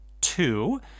two